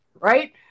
right